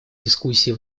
дискуссии